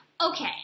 Okay